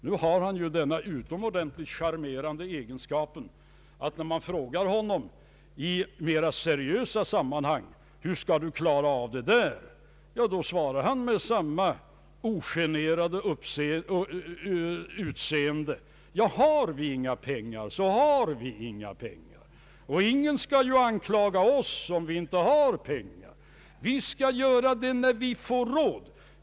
Herr Hedlund har ju den utomordentligt charmerande egenskapen att när man frågar honom i mera seriösa sammanhang: ”Hur kan Du klara av detta?”, svarar han med samma ogenerade utseende: ”Har vi inga pengar, så har vi inga pengar, och ingen kan ju anklaga oss, om vi inte har pengar. Vi skall göra detta, när vi får råd.